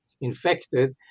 infected